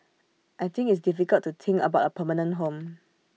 I think it's difficult to think about A permanent home